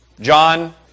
John